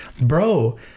bro